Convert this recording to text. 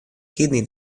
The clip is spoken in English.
kidney